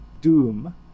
Doom